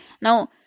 Now